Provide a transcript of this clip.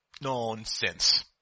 Nonsense